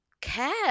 care